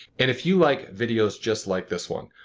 and if you like videos just like this one,